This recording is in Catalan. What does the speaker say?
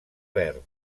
verd